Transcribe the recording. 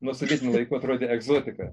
nu sovietinių laikų atrodė egzotika